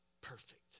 perfect